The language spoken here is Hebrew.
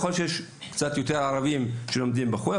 יכול להיות שיש קצת יותר ערבים שלומדים בחו"ל.